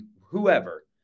whoever